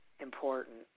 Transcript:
important